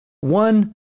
one